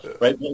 right